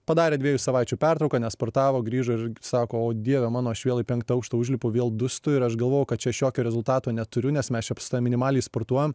padarė dviejų savaičių pertrauką nesportavo grįžo ir sako o dieve mano aš vėl į penktą aukštą užlipu vėl dūstu ir aš galvoju kad čia aš jokio rezultato neturiu nes mes čia su tavim minimaliai sportuojam